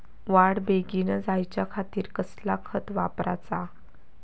वाढ बेगीन जायच्या खातीर कसला खत वापराचा?